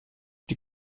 die